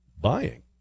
buying